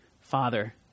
Father